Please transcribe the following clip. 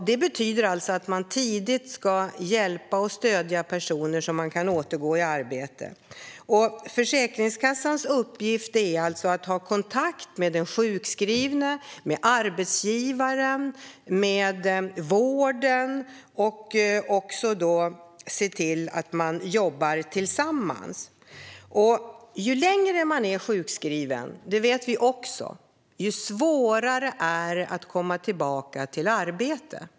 Det betyder att man tidigt ska hjälpa och stödja personer så att de kan återgå i arbete. Försäkringskassans uppgift är att ha kontakt med den sjukskrivne, med arbetsgivaren och med vården och också se till att man jobbar tillsammans. Vi vet att ju längre tid sjukskrivningen varar, desto svårare är det att komma tillbaka i arbete.